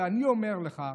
ואני אומר לך,